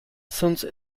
zuntz